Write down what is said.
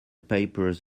papers